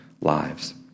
lives